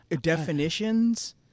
definitions